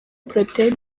protais